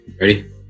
Ready